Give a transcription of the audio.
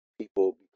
people